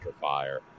fire